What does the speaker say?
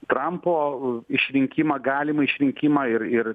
trampo išrinkimą galimą išrinkimą ir ir